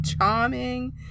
charming